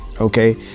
okay